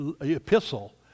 epistle